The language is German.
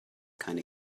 keine